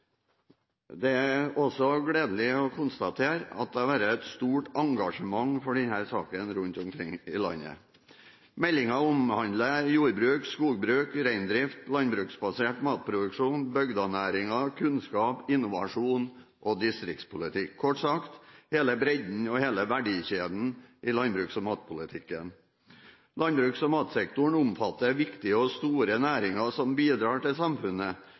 Det er også gledelig å konstatere at det har vært et stort engasjement for denne saken rundt omkring i landet. Meldingen omhandler jordbruk, skogbruk, reindrift, landbruksbasert matproduksjon, bygdenæringer, kunnskap, innovasjon og distriktspolitikk. Kort sagt: hele bredden og hele verdikjeden i landbruks- og matpolitikken. Landbruks- og matsektoren omfatter viktige og store næringer som bidrar til samfunnet